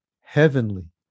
heavenly